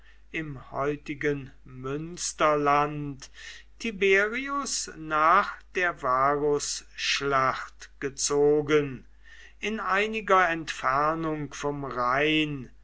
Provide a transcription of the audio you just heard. im heutigen münsterland tiberius nach der varusschlacht gezogen in einiger entfernung vom rhein